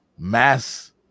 Mass